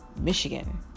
Michigan